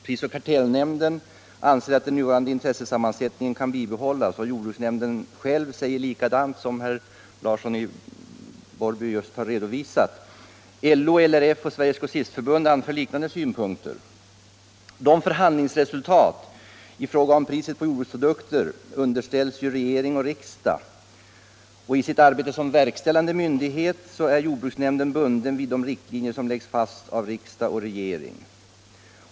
Pris och kartellnämnden anser att den nuvarande intressesammansättningen kan bibehållas, och jordbruksnämnden själv säger detsamma som herr Larsson i Borrby just har framhållit. LO, LRF och Sveriges grossistförbund anför liknande synpunkter. Förhandlingsresultaten i fråga om priset på jordbruksprodukter underställs ju regering och riksdag, och i sitt arbete som verkställande myndighet är jordbruksnämnden bunden vid de riktlinjer som fastläggs av riksdag och regering.